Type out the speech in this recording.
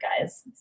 guys